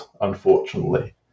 unfortunately